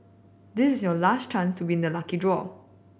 this is your last chance to win the lucky draw